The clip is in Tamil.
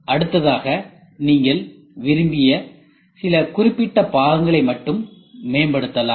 அடுத்ததாக நீங்கள் விரும்பிய சில குறிப்பிட்ட பாகங்களை மட்டும் மேம்படுத்தலாம்